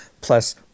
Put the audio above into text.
plus